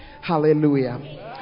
hallelujah